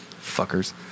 Fuckers